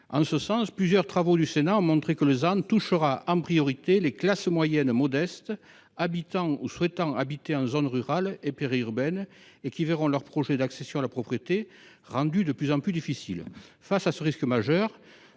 En ce sens, plusieurs travaux du Sénat ont montré que le ZAN touchera en priorité les classes moyennes modestes, habitant ou souhaitant habiter en zones rurales et périurbaines, qui verront leur projet d’accession à la propriété rendu de plus en plus difficile. Face à ce risque majeur